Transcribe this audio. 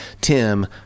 tim